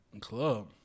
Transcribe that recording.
club